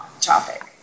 topic